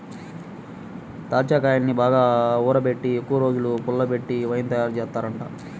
దాచ్చాకాయల్ని బాగా ఊరబెట్టి ఎక్కువరోజులు పుల్లబెట్టి వైన్ తయారుజేత్తారంట